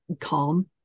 calm